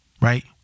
Right